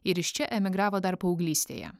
ir iš čia emigravo dar paauglystėje